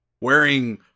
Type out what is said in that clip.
Wearing